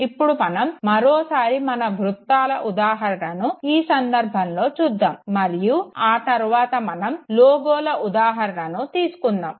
ఇప్పుడు మనం మరోసారి మన వృత్తాల ఉదాహరణను ఈ సందర్భంలో చూద్దాం మరియు ఆ తరువాత మనం లోగోల ఉదాహరణను కూడా తీసుకుందాము